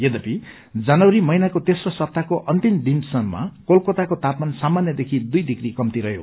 यद्यपि जनवरी महिनाको तेम्रो सप्ताहको अन्तिम आइतबारसम्म कोलकताको तापमान सामान्यदेखि दुइ डिग्री कम्ती रहयो